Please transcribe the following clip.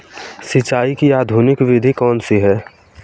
सिंचाई की आधुनिक विधि कौन सी है?